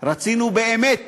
רצינו באמת